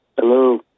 Hello